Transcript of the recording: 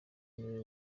niwe